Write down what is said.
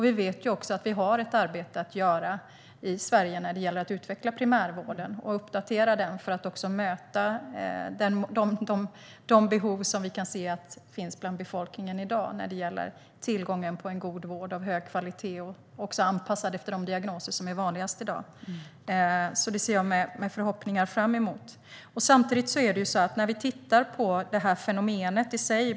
Vi vet att vi har ett arbete att göra i Sverige när det gäller att utveckla och uppdatera primärvården för att möta de behov som finns bland befolkningen i dag när det gäller tillgången till en god vård av hög kvalitet och anpassad efter de diagnoser som är vanligast i dag. Det ser jag med förhoppningar fram emot.